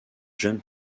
jeune